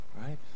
Right